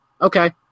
okay